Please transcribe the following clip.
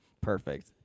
perfect